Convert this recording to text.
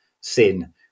sin